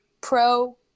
pro